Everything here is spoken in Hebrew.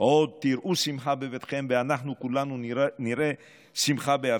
עוד תראו שמחה בביתכם ואנחנו כולנו נראה שמחה בארצנו.